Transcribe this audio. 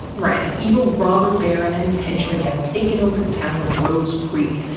right, an evil robber baron and his henchmen have taken over the town of rose creek,